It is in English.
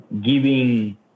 giving